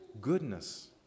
goodness